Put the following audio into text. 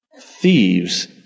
thieves